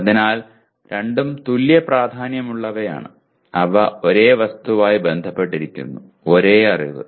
അതിനാൽ രണ്ടും തുല്യ പ്രാധാന്യമുള്ളവയാണ് അവ ഒരേ വസ്തുവുമായി ബന്ധപ്പെട്ടിരിക്കുന്നു ഒരേ അറിവ്